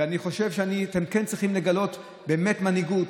ואני חושב שאתם כן צריכים לגלות באמת מנהיגות